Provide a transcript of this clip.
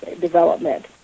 development